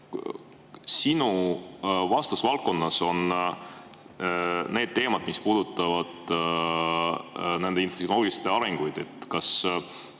Sinu vastutusvaldkonnas on teemad, mis puudutavad neid infotehnoloogilisi arenguid. Kas